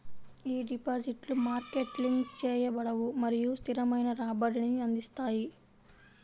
ఈ డిపాజిట్లు market link చేయబడవు మరియు స్థిరమైన రాబడిని అందిస్తాయి